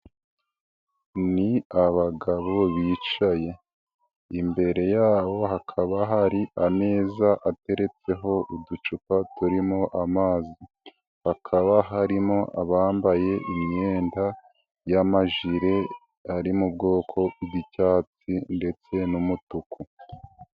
Ni abagabo bicaye, imbere yabo hakaba hari ameza ateretseho uducupa turimo amazi, hakaba harimo abambaye imyenda y'amajire ari mu bwoko bw'icyatsi ndetse n'umutuku.